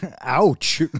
Ouch